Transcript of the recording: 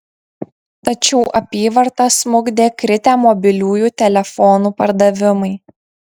tačiau apyvartą smukdė kritę mobiliųjų telefonų pardavimai